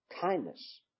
kindness